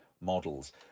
models